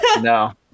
No